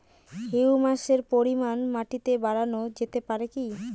হিউমাসের পরিমান মাটিতে বারানো যেতে পারে কি?